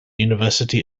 university